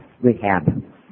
rehab